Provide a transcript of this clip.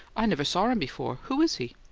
i never saw him before. who is he?